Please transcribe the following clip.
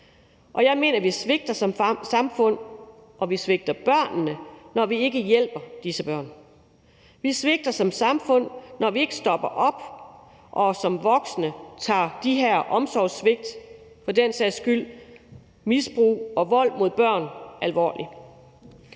Jeg mener, at vi svigter som samfund og vi svigter børnene, når vi ikke hjælper disse børn. Vi svigter som samfund, når vi ikke stopper op og som voksne tager de her omsorgssvigt – for den sags skyld misbrug og vold mod børn – alvorligt.